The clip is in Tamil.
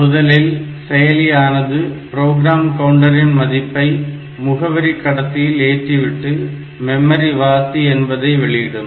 முதலில் செயலியானது ப்ரோக்ராம் கவுண்டரின் மதிப்பை முகவரி கடத்தியில் ஏற்றிவிட்டு மெமரி வாசி என்பதை வெளியிடும்